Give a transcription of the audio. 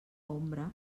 ombra